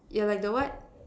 you're like the what